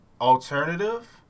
Alternative